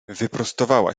wyprostowała